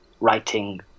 writing